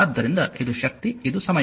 ಆದ್ದರಿಂದ ಇದು ಶಕ್ತಿ ಮತ್ತು ಇದು ಸಮಯ